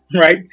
right